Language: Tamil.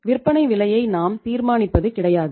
விற்பனை விலையை நாம் தீர்மானிப்பது கிடையாது